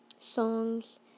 songs